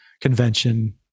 convention